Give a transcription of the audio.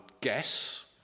guess